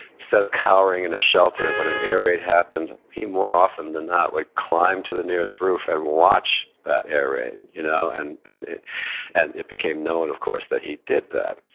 instead of cowering in a shelter when an air raid happened, he more often than not, would climb to the nearest roof and watch that air raid. you know and and and it became known, of course, that he did that.